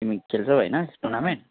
तिमी खल्छौ होइन टुर्नामेन्ट